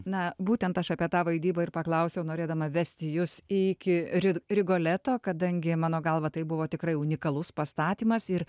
na būtent aš apie tą vaidybą ir paklausiau norėdama vesti jus iki rid rigoleto kadangi mano galva tai buvo tikrai unikalus pastatymas ir